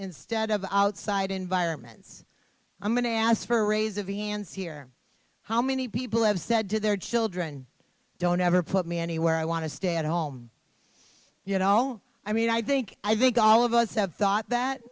instead of outside environments i'm going to ask for a raise advance here how many people have said to their children don't ever put me anywhere i want to stay at home you know i mean i think i think all of us have thought that